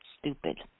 stupid